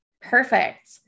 Perfect